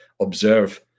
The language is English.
observe